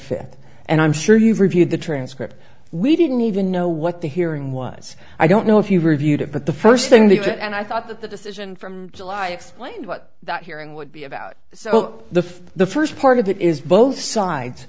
fifth and i'm sure you've reviewed the transcript we didn't even know what the hearing was yes i don't know if you reviewed it but the first thing they did and i thought that the decision from july explained what that hearing would be about so the for the first part of it is both sides